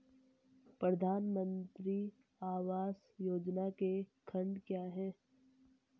प्रधानमंत्री आवास योजना के खंड क्या हैं?